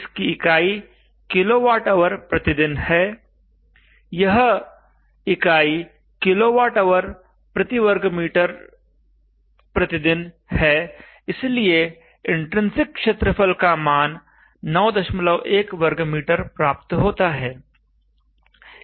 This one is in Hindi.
इसकी इकाई kWhday है यह इकाई kWhm2day है इसलिए इन्ट्रिन्सिक क्षेत्रफल का मान 91 m2 प्राप्त होता है